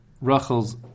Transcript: Rachel's